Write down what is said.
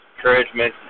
Encouragement